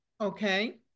Okay